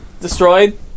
destroyed